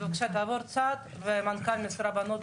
סבב קצר כל אחד וממשיכים קדימה.